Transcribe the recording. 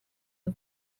the